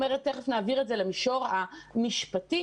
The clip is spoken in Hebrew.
נעביר את זה תכף למישור המשפטי,